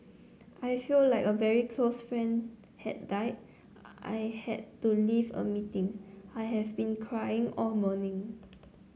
I feel like a very close friend had died I had to leave a meeting I have been crying all morning